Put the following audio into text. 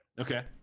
Okay